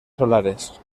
solares